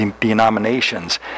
denominations